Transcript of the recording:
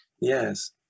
Yes